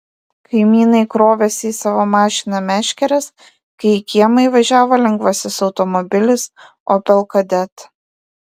kaimynai krovėsi į savo mašiną meškeres kai į kiemą įvažiavo lengvasis automobilis opel kadett